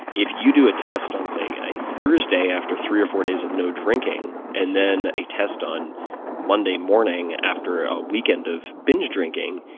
if you do a test on say a thursday after three or four days of no drinking and then a test on monday morning after a weekend of binge drinking,